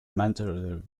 mandatory